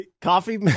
coffee